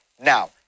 Now